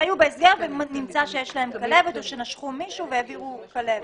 שהיו בהסגר ונמצא שיש להם כלבת או שנשכו מישהו ושהעבירו כלבת.